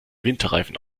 winterreifen